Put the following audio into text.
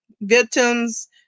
victims